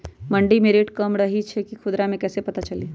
मंडी मे रेट कम रही छई कि खुदरा मे कैसे पता चली?